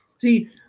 see